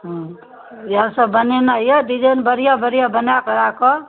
ह्म्म इएहसभ बनेनाइ यए डिजाइन बढ़िआँ बढ़िआँ बना कऽ राखब